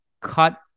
cut